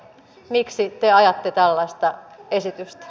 miksi te ajatte tällaista esitystä